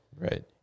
Right